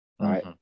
right